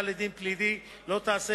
סייג לכך הוא שהעמדה לדין פלילי לא תיעשה